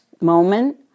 moment